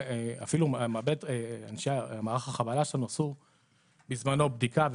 אנשי מערך החבלה שלנו עשו בזמנו בדיקה,